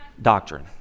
Doctrine